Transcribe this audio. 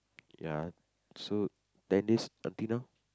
ya so ten days until now